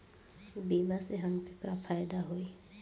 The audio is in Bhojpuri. बीमा से हमके का फायदा होई?